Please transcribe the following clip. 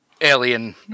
alien